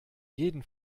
jeden